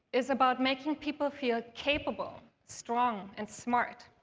is about making people feel capable, strong, and smart,